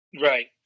Right